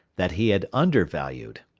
that he had undervalued.